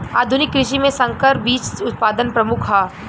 आधुनिक कृषि में संकर बीज उत्पादन प्रमुख ह